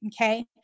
Okay